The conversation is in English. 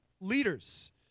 leaders